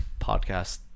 Podcast